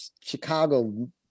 Chicago